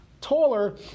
taller